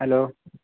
hello